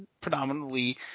predominantly